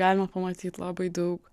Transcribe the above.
galima pamatyt labai daug